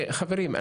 חברים,